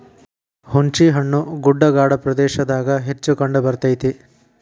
ಹುಂಚಿಹಣ್ಣು ಗುಡ್ಡಗಾಡ ಪ್ರದೇಶದಾಗ ಹೆಚ್ಚ ಕಂಡಬರ್ತೈತಿ